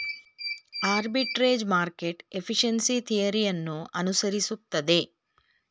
arbitrage market efficiency theory ಅನ್ನು ಅನುಸರಿಸುತ್ತದೆ